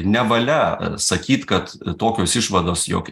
nevalia sakyt kad tokios išvados jog